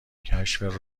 کشف